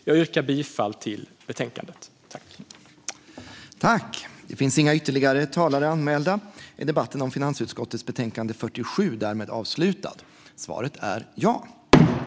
Jag yrkar bifall till utskottets förslag i betänkandet.